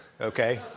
okay